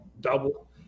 double